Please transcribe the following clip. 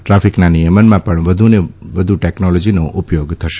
ટ્રાફીકના નિયમનમાં પણ વધુને વધુ ટેકનોલોજીનો ઉપયોગ થશે